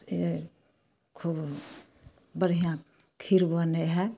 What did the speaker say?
से खूब बढ़िऑं बढ़िऑं खीर बनै है